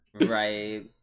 right